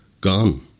gone